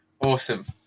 Awesome